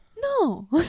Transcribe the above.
No